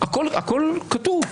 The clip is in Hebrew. הכול כתוב.